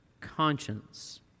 conscience